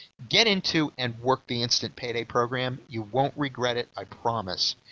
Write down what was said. get into and work the instant payday program, you won't regret it, i promise.